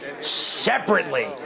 separately